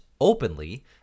openly